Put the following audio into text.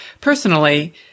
personally